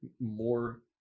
more